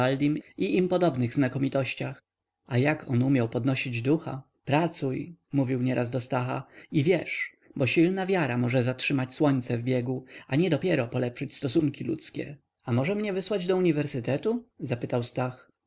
im podobnych znakomitościach a jak on umiał podnosić ducha pracuj mówił nieraz do stacha i wierz bo silna wiara może zatrzymać słońce w biegu a niedopiero polepszyć stosunki ludzkie a może mnie wysłać do uniwersytetu zapytał stach